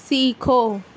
سیکھو